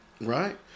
Right